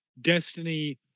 Destiny